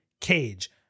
Cage